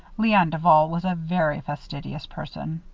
leon duval was a very fastidious person.